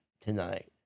tonight